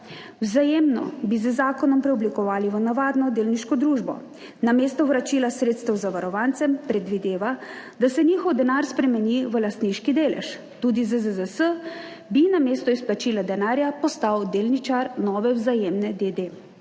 Vzajemno bi z zakonom preoblikovali v navadno delniško družbo, namesto vračila sredstev zavarovancem predvideva, da se njihov denar spremeni v lastniški delež tudi ZZZS bi namesto izplačila denarja postal delničar nove Vzajemne d.